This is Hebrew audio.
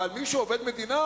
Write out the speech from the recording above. אבל מי שהוא עובד מדינה